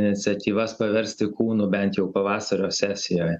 iniciatyvas paversti kūnu bent jau pavasario sesijoje